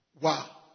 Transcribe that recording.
Wow